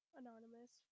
anonymous